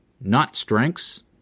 not-strengths